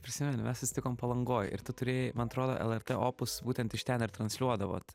prisimeni mes susitikom palangoj ir tu turėjai man atrodo lrt opus būtent iš ten ir transliuodavot